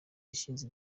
yashinze